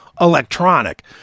electronic